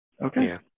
Okay